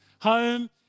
Home